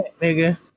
nigga